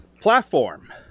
Platform